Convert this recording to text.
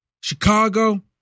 Chicago